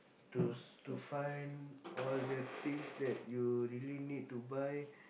to to find all the things that you really need to buy